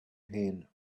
him